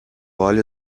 óleo